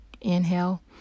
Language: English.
inhale